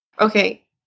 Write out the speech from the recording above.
Okay